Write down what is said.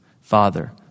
Father